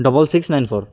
double six nine four